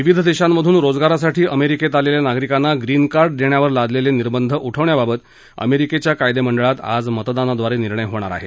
विविध देशांमधून रोजगारासाठी अमेरिकेत आलेल्या नागरिकांना ग्रीन कार्ड देण्यावर लादलेले निर्बंध उठवण्याबाबत अमेरिकेच्या कायदेमंडळात आज मतदानाद्वारे निर्णय होणार आहे